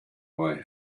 way